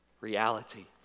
reality